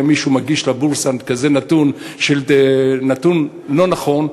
היה מישהו מגיש לבורסה נתון כזה לא נכון,